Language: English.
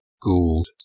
Gould